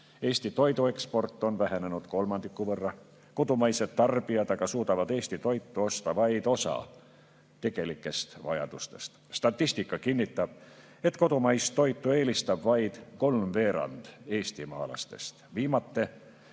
Eesti toidueksport on vähenenud kolmandiku võrra. Kodumaised tarbijad aga suudavad Eesti toitu osta vaid osa oma tegelike vajaduste katmiseks. Statistika kinnitab, et kodumaist toitu eelistab vaid kolmveerand eestimaalastest.